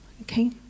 okay